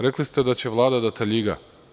Rekli ste da će Vlada da taljiga.